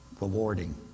rewarding